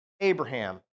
Abraham